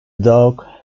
dog